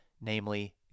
namely